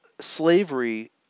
slavery